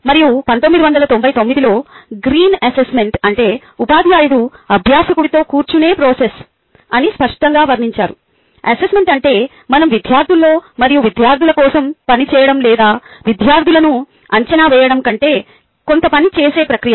మరియు 1999 లో Green assessment అంటే ఉపాధ్యాయుడు అభ్యాసకుడితో కూర్చునే ప్రాసెస్ అని స్పష్టంగా వర్ణించారు అసెస్మెంట్ అంటే మనం విద్యార్థులతో మరియు విద్యార్థుల కోసం పని చేయడం లేదా విద్యార్థులను అంచనా వేయడం కంటే కొంత పని చేసే ప్రక్రియ